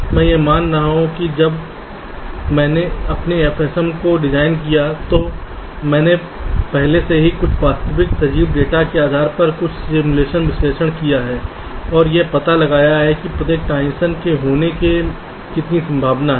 मैं यह मान रहा हूं कि जब मैंने अपने FSM को डिज़ाइन किया है तो मैंने पहले से ही कुछ वास्तविक सजीव डेटा के आधार पर कुछ सिमुलेशन विश्लेषण किए हैं और यह पता लगाया है कि प्रत्येक ट्रांजिशन के होने की कितनी संभावना है